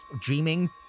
dreaming